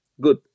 good